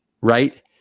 right